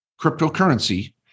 cryptocurrency